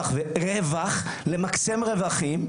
למקסם רווחים,